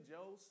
Joe